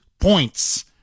points